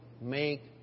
make